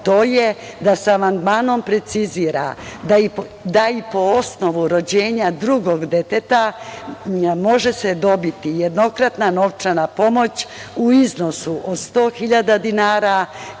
to je da se amandmanom precizira da se i po osnovu rođenja drugog deteta može dobiti jednokratna novčana pomoć u iznosu od 100 hiljada dinara,